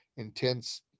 intense